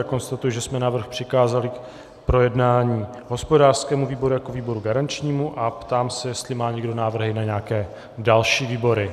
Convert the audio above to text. Já konstatuji, že jsme návrh přikázali k projednání hospodářskému výboru jako výboru garančnímu, a ptám se, jestli má někdo návrhy na nějaké další výbory.